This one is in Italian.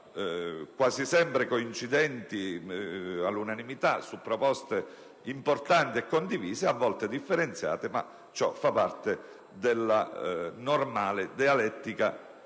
quasi sempre all'unanimità su proposte importanti e condivise, a volte differenziate; ma ciò fa parte della normale dialettica